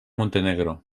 montenegro